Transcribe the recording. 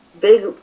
big